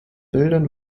bildern